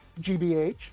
GBH